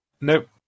Nope